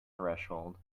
threshold